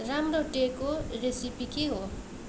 राम्रो taco recipe के हो